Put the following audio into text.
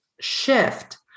shift